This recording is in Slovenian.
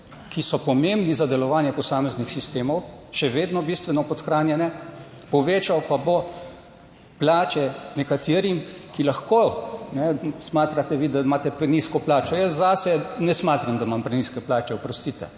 ki so pomembni za delovanje posameznih sistemov, še vedno bistveno podhranjene. Povečal pa bo plače nekaterim, ki lahko smatrate vi, da imate prenizko plačo, jaz zase ne smatram, da imam prenizke plače, oprostite,